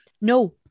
no